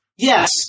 Yes